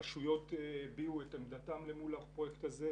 הרשויות הביעו את עמדתן אל מול הפרויקט הזה.